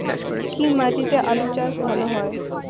কি মাটিতে আলু চাষ ভালো হয়?